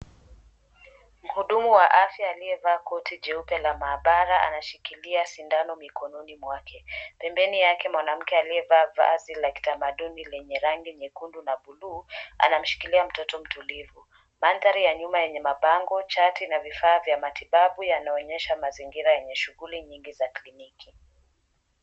Mhudumu wa afya aliyevaa koti jeupe la maabara anashikilia sindano mikononi mwake. Pembeni yake mwanamke aliyevaa vazi la kitamaduni lenye rangi nyekundu na blue anamshikilia mtoto mtulivu. Mandhari ya nyuma yenye mabango, chati na vifaa vya matibabu yanaonyesha mazingira yenye shughuli nyingi za kliniki.